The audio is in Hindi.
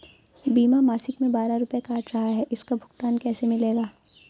बीमा मासिक में बारह रुपय काट रहा है इसका भुगतान कैसे मिलेगा?